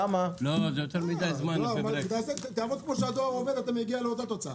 אם תעבוד כמו שהדואר עובד תגיע לאותה תוצאה,